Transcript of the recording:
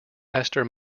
esther